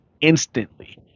instantly